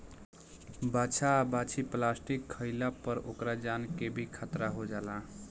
बाछा आ बाछी प्लास्टिक खाइला पर ओकरा जान के भी खतरा हो जाला